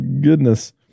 goodness